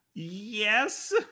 yes